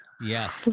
Yes